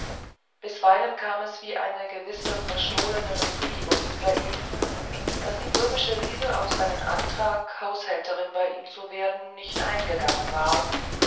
bisweilen kam es wie eine gewisse verstohlene befriedigung über ihn daß die böhmische liesel auf seinen antrag haushälterin bei ihm zu werden nicht eingegangen war